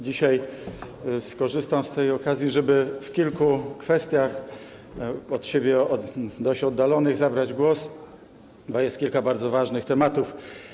Dzisiaj skorzystam z tej okazji, żeby w kilku kwestiach od siebie dość oddalonych zabrać głos, bo jest kilka bardzo ważnych tematów.